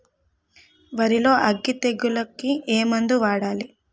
వరిలో అగ్గి తెగులకి ఏ మందు వాడాలి?